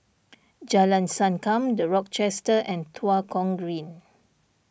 Jalan Sankam the Rochester and Tua Kong Green